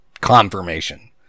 confirmation